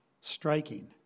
striking